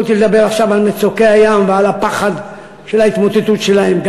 יכולתי לדבר עכשיו על מצוקי הים ועל הפחד מההתמוטטות שלהם.